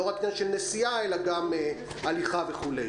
לא רק עניין של נסיעה אלא גם הליכה וכו'.